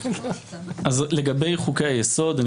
לגבי חוקי היסוד,